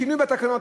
שינוי בתקנון,